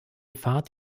pfad